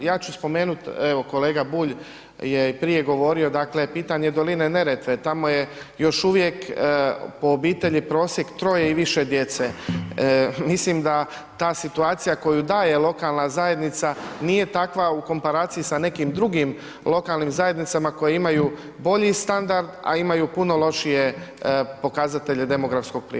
Ja ću spomenuti, evo kolega Bulj je i prije govorio, dakle pitanje Doline Neretve, tamo je još uvijek po obitelji prosjek troje i više djece, mislim da ta situacija koju daje lokalna zajednica nije takva u komparaciji sa nekim drugim lokalnim zajednicama koje imaju bolji standard, a imaju puno lošije pokazatelje demografskog prirasta.